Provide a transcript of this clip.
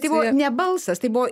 tai buvo ne balsas tai buvo